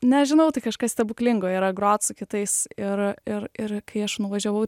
nežinau tai kažkas stebuklingo yra grot su kitais ir ir ir kai aš nuvažiavau